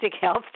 health